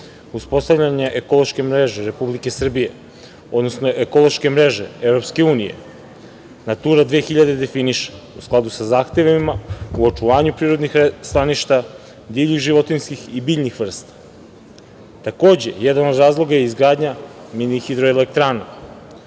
uspostavljanje ekološke mreže Republike Srbije, odnosno ekološke mreže Evropske unije Natura 2000 definiše u skladu sa zahtevima, u očuvanju prirodnih staništa, divljih životinjskih i biljnih vrsta. Takođe, jedan od razloga je izgradnja mini-hidroelektrana.